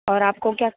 और आपको क्या